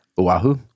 Oahu